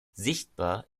sichtbar